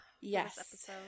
Yes